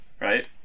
right